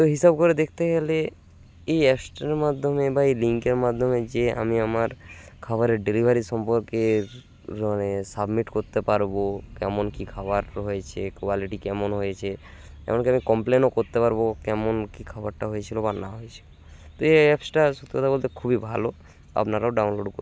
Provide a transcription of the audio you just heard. তো হিসাব করে দেখতে গেলে এই অ্যাপসটার মাধ্যমে বা এই লিঙ্কের মাধ্যমে যে আমি আমার খাবারের ডেলিভারি সম্পর্কে মানে সাবমিট করতে পারবো কেমন কী খাবার হয়েছে কোয়ালিটি কেমন হয়েছে এমনকী আমি কমপ্লেনও করতে পারবো কেমন কী খাবারটা হয়েছিলো বা না হয়েছিলো তো এই অ্যাপসটা সত্যি কথা বলতে খুবই ভালো আপনারাও ডাউনলোড কর